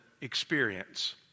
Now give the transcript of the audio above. experience